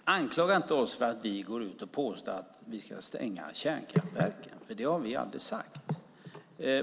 Herr talman! Anklaga inte oss för att gå ut och påstå att vi ska stänga kärnkraftverken. Det har vi aldrig sagt.